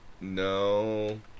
no